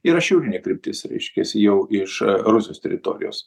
yra šiaurinė kryptis reiškiasi jau iš rusijos teritorijos